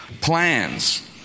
plans